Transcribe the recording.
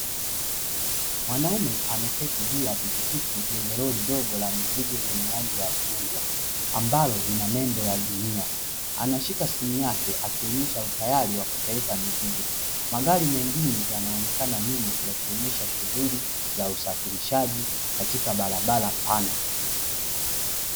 Mwanaume ameketi juu ya pikipiki yenye roli dogo la mizigo lenye rangi ya chungwa ambalo lina nembo ya "Dunia". Anashika simu yake akionesha utayari wa kupeleka mzigo. Magari mengine yanaonekana nyuma, yakionyesha shughuli za usafirishaji katika barabara pana.